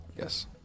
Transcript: Yes